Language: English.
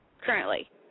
currently